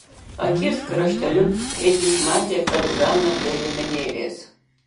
akies krašteliu edis matė kad hana be liemenėlės